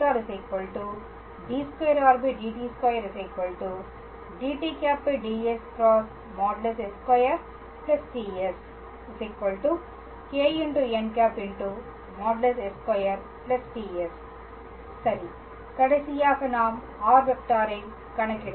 எனவே r ⃗ d2r dt2 dt̂ ds ×| s | 2 ts κn̂ | s |2 ts சரி கடைசியாக நாம் r⃗ ஐ கணக்கிடுவோம்